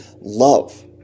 Love